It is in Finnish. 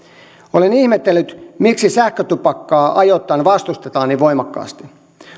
olen ihmetellyt miksi sähkötupakkaa ajoittain vastustetaan niin voimakkaasti